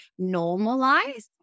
normalize